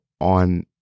on